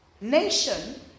nation